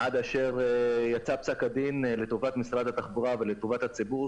עד אשר יצא פסק הדין לטובת משרד התחבורה ולטובת הציבור,